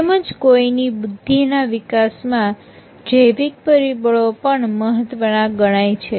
તેમ જ કોઈની બુદ્ધિના વિકાસમાં જૈવિક પરિબળો પણ મહત્વના ગણાય છે